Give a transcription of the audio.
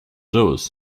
doers